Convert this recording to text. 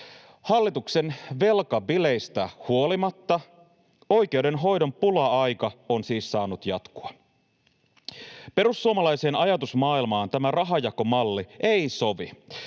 Hallituksen velkabileistä huolimatta oikeudenhoidon pula-aika on siis saanut jatkua. Perussuomalaiseen ajatusmaailmaan tämä rahanjakomalli ei sovi.